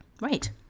Right